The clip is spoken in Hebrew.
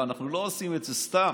אנחנו לא עושים את זה סתם.